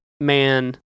man